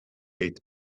eight